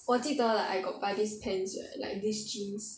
我记得 like I got buy this pants right like this jeans